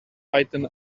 python